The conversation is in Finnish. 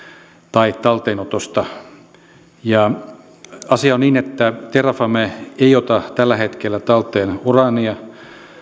tai talteenotosta ja asia on niin että terrafame ei ota tällä hetkellä talteen uraania